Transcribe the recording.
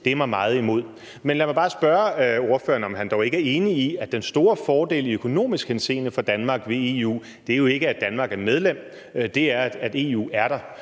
er mig meget imod. Men lad mig bare spørge ordføreren, om han dog ikke er enig i, at den store fordel i økonomisk henseende for Danmark ved EU jo ikke er, at Danmark er medlem; den er, at EU er der